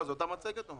זו אותה מצגת או מה?